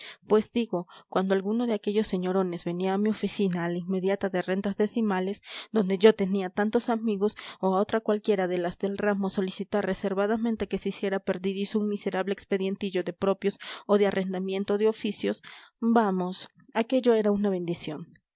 pues digo cuando alguno de aquellos señorones venía a mi oficina a la inmediata de rentas decimales donde yo tenía tantos amigos o a otra cualquiera de las del ramo a solicitar reservadamente que se hiciera perdidizo un miserable expedientillo de propios o de arrendamiento de oficios vamos aquello era una bendición